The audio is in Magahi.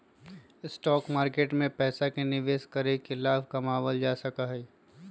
स्टॉक मार्केट में पैसे के निवेश करके लाभ कमावल जा सका हई